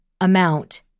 amount